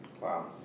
Wow